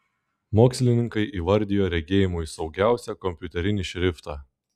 mokslininkai įvardijo regėjimui saugiausią kompiuterinį šriftą